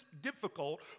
difficult